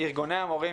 ארגוני המורים,